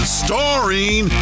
starring